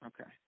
Okay